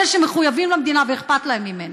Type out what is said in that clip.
אלה שמחויבים למדינה ואכפת להם ממנה.